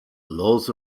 laws